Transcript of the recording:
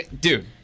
Dude